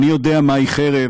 אני יודע מהי חרב,